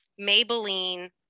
Maybelline